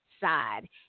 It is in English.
side